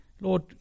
Lord